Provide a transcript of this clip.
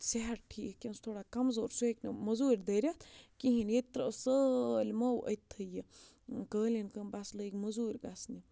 صحت ٹھیٖک کینٛہہ سُہ تھوڑا کَمزور سُہ ہیٚکہِ نہٕ مٔزوٗرۍ دٔرِتھ کِہیٖنۍ ییٚتہِ ترٛٲو سٲلِمو أتۍتھٕے یہِ قٲلیٖن کٲم بَس لٔگۍ مٔزوٗرۍ گژھنہِ